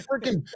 freaking